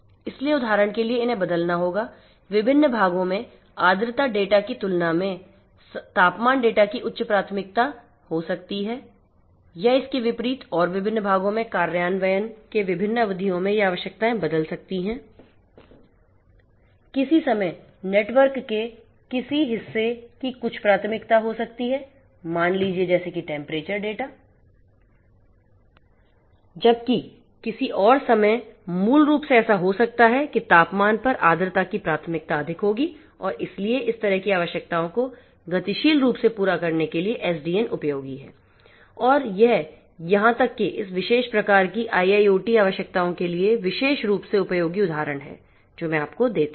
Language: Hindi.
इसलिए उदाहरण के लिए इन्हें बदलना होगा विभिन्न भागों में आर्द्रता डेटा की तुलना में तापमान डेटा की उच्च प्राथमिकता हो सकती है या इसके विपरीत और विभिन्न भागों में या कार्यान्वयन के विभिन्न अवधियों में यह आवश्यकताएं बदल सकती हैंकिसी समय नेटवर्क के किसी हिस्से की कुछ प्राथमिकता हो सकती है मान लीजिए जैसे कि टेंपरेचर डाटा जबकि किसी और समय मूल रूप से ऐसा हो सकता है कि तापमान पर आर्द्रता की प्राथमिकता अधिक होगी और इसलिए इस तरह की आवश्यकताओं को गतिशील रूप से पूरा करने के लिए एसडीएन उपयोगी है और यह यहां तक कि इस विशेष प्रकार की IIoT आवश्यकताओं के लिए विशेष रूप से उपयोगी उदाहरण हैं जो मैं आपको देता हूं